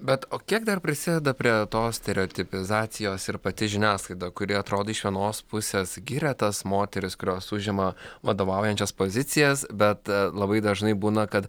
bet o kiek dar prisideda prie to stereotipizacijos ir pati žiniasklaida kuri atrodo iš vienos pusės giria tas moteris kurios užima vadovaujančias pozicijas bet labai dažnai būna kad